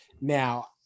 now